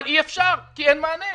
אבל אי אפשר כי אין מענה.